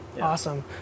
Awesome